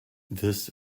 this